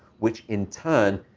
which, in turn,